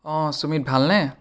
অঁ সুমিত ভাল নে